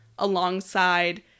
alongside